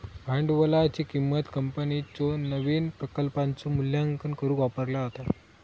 भांडवलाची किंमत कंपनीच्यो नवीन प्रकल्पांचो मूल्यांकन करुक वापरला जाता